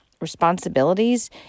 responsibilities